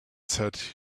said